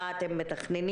מה אתם מתכננים?